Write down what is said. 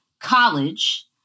college